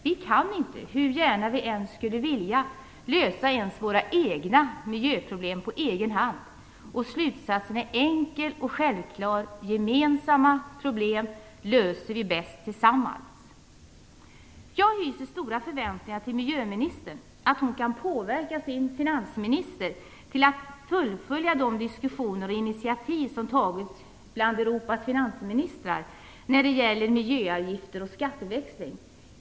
Vi kan inte, hur gärna vi än skulle vilja, lösa ens våra egna miljöproblem på egen hand. Slutsatsen är enkel och självklar: Gemensamma problem löser vi bäst tillsammans. Jag knyter stora förväntningar till miljöministern - att hon skall kunna påverka sin finansminister att fullfölja de diskussioner som förts och de initiativ som tagits av Europas finansministrar vad det gäller miljöavgifter och skatteväxling.